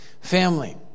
family